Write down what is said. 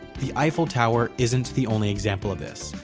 the eiffel tower isn't the only example of this.